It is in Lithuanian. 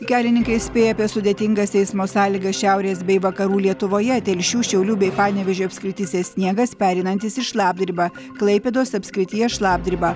kelininkai įspėja apie sudėtingas eismo sąlygas šiaurės bei vakarų lietuvoje telšių šiaulių bei panevėžio apskrityse sniegas pereinantis į šlapdribą klaipėdos apskrityje šlapdriba